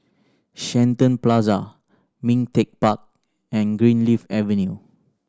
Shenton Plaza Ming Teck Park and Greenleaf Avenue